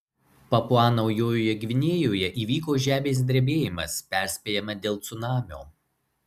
papua naujojoje gvinėjoje įvyko žemės drebėjimas perspėjama dėl cunamio